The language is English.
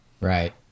Right